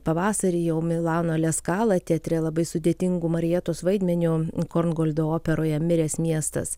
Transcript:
pavasarį jau milano leskala teatre labai sudėtingu marietos vaidmeniu korngoldo operoje miręs miestas